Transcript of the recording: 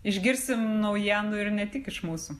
išgirsim naujienų ir ne tik iš mūsų